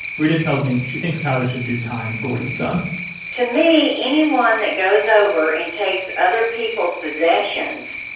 reta tells me she thinks tyler should do time for what he's done to me, anyone that goes over and takes other people's possessions